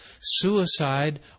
suicide